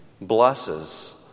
blesses